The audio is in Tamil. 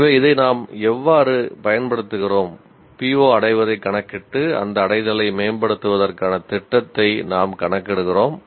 எனவே இதை நாம் எவ்வாறு பயன்படுத்துகிறோம் PO அடைவதைக் கணக்கிட்டு அந்த அடைதலை மேம்படுத்துவதற்கான திட்டத்தை நாம் கணக்கிடுகிறோம்